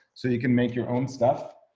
so you can make your own stuff,